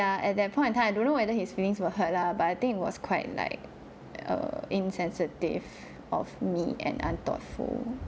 at that point in time I don't know whether his feelings were hurt lah but I think was quite like err insensitive of me and unthoughtful